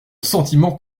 sentiment